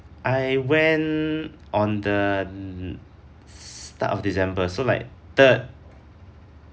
I went on the start of december so like third